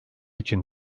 için